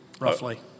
roughly